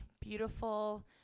beautiful